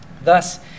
Thus